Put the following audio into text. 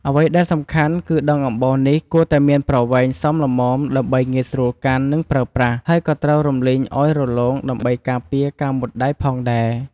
អ្វីដែលសំខាន់គឺ ដងអំបោសនេះគួរមានប្រវែងសមល្មមដើម្បីងាយស្រួលកាន់ និងប្រើប្រាស់ ហើយក៏ត្រូវរំលីងឲ្យរលោងដើម្បីការពារការមុតដៃផងដែរ។